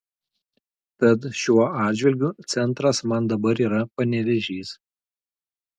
tad šiuo atžvilgiu centras man dabar yra panevėžys